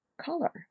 color